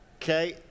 Okay